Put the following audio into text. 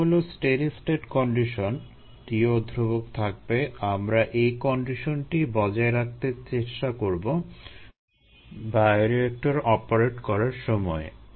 এটা হলো steady state condition করার সময়ে